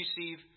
receive